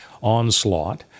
onslaught